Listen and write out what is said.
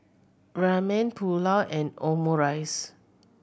Ramen Pulao and Omurice